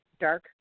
dark